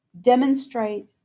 demonstrate